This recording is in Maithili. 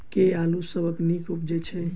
केँ आलु सबसँ नीक उबजय छै?